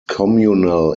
communal